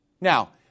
Now